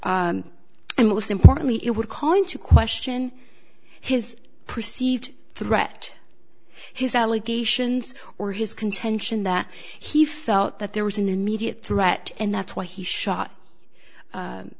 and most importantly it would call into question his perceived threat his allegations or his contention that he felt that there was an immediate threat and that's why he shot